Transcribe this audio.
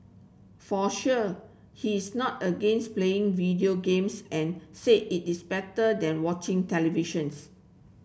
for sure he is not against playing video games and said it is better than watching televisions